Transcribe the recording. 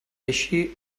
eixir